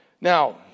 Now